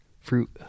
fruit